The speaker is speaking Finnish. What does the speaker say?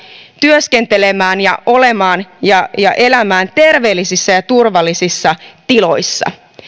työskentelemään ja olemaan ja ja elämään terveellisissä ja turvallisissa tiloissa